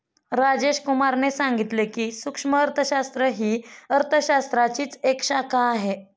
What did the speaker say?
राजेश कुमार ने सांगितले की, सूक्ष्म अर्थशास्त्र ही अर्थशास्त्राचीच एक शाखा आहे